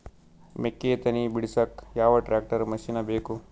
ಮೆಕ್ಕಿ ತನಿ ಬಿಡಸಕ್ ಯಾವ ಟ್ರ್ಯಾಕ್ಟರ್ ಮಶಿನ ಬೇಕು?